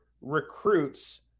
recruits